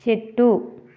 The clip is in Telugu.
చెట్టు